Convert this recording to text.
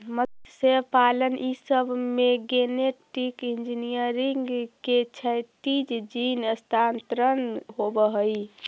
मत्स्यपालन ई सब में गेनेटिक इन्जीनियरिंग से क्षैतिज जीन स्थानान्तरण होब हई